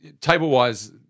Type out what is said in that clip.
Table-wise